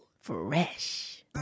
Fresh